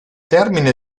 termine